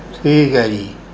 ਠੀਕ ਹੈ ਜੀ